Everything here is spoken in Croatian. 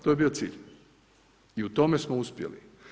To je bio cilj i u tome smo uspjeli.